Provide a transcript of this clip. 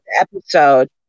episode